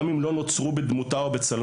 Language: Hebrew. גם אם לא נוצרו בדמותה או בצלמה.